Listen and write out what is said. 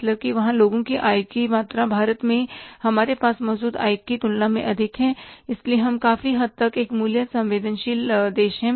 मतलब कि वहां लोगों की आय की मात्रा भारत में हमारे पास मौजूद आय की तुलना में अधिक है इसलिए हम काफी हद तक एक मूल्य संवेदनशील देश हैं